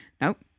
Nope